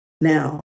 now